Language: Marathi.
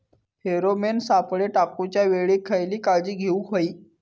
फेरोमेन सापळे टाकूच्या वेळी खयली काळजी घेवूक व्हयी?